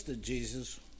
Jesus